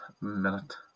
minute